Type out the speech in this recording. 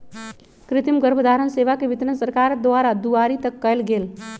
कृतिम गर्भधारण सेवा के वितरण सरकार द्वारा दुआरी तक कएल गेल